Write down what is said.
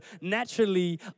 naturally